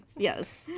Yes